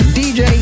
dj